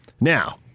Now